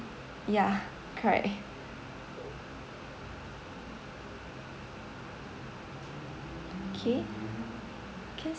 yeah correct okay can